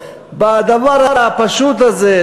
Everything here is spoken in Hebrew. בדבר הפשוט הזה,